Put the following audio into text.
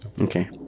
Okay